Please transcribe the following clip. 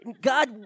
God